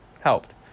helped